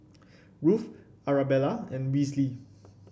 Ruth Arabella and Wesley